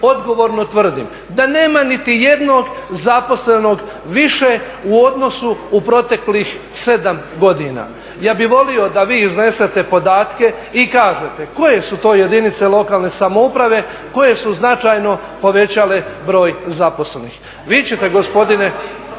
odgovorno tvrdim da nema niti jednog zaposlenog više u odnosu u proteklih 7 godina. Ja bih volio da vi iznesete podatke i kažete koje su to jedinice lokalne samouprave koje su značajno povećale broj zaposlenih.